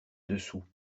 dessous